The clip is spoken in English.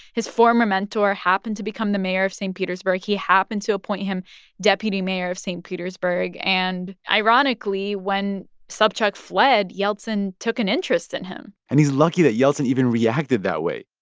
his former mentor happened to become the mayor of st. petersburg. he happened to appoint him deputy mayor of st. petersburg. and ironically, when sobchak fled, yeltsin took an interest in him and he's lucky that yeltsin even reacted that way.